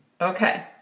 Okay